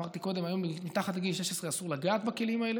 אמרתי קודם: היום מתחת לגיל 16 אסור לגעת בכלים האלה,